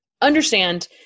understand